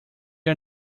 are